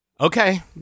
Okay